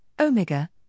Omega